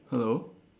hello